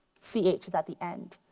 c h is at the end.